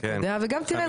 וגם תראה,